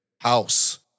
house